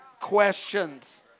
questions